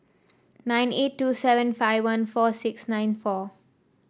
nine eight two seven five one four six nine four